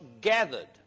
gathered